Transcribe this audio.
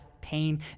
pain